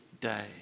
day